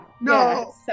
No